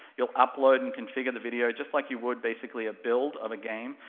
you'll upload and configure the video, just like you would basically a build of a game,